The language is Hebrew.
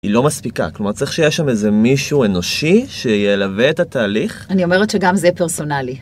היא לא מספיקה, כלומר צריך שיהיה שם איזה מישהו אנושי שילווה את התהליך... אני אומרת שגם זה פרסונלי